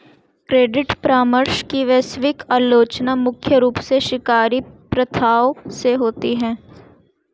credit परामर्श की वैश्विक आलोचना मुख्य रूप से शिकारी प्रथाओं से होती है